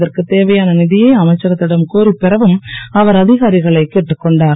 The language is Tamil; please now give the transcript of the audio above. இதற்கு தேவையான நிதியை அமைச்சகக்திடம் கோரி பெறவும் அவர் அதிகாரிகளை அவர் கேட்டுக் கொண்டார்